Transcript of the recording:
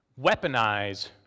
weaponize